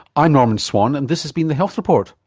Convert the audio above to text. i'm norman swan and this has been the health report.